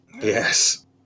Yes